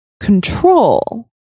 control